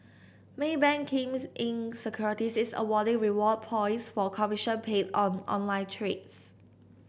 Maybank Kim Eng Securities is awarding reward points for commission paid on online trades